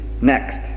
next